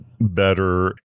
Better